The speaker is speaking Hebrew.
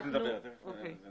יש